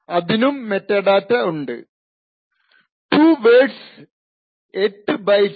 അതിനും മെറ്റാഡാറ്റ ഉണ്ട് two words 8 bytes